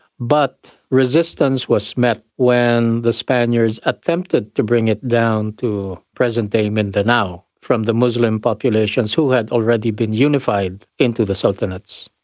but resistance was when the spaniards attempted to bring it down to present-day mindanao from the muslim populations who had already been unified into the sultanates.